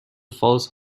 false